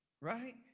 right